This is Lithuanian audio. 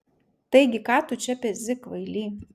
taigi ką tu čia pezi kvaily